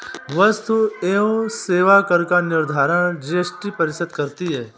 वस्तु एवं सेवा कर का निर्धारण जीएसटी परिषद करती है